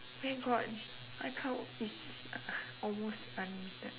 where got icloud is almost unlimited